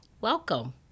Welcome